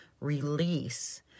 release